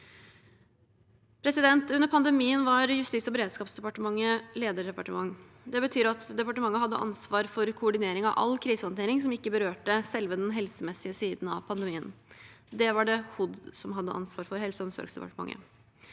krisehåndtering. Under pandemien var Justis- og beredskapsdepartementet lederdepartement. Det betyr at departementet hadde ansvar for koordinering av all krisehåndtering som ikke berørte selve den helsemessige siden av pandemien. Det hadde Helse- og omsorgsdepartementet